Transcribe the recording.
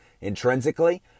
intrinsically